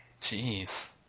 Jeez